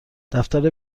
دفتر